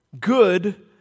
Good